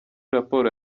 raporo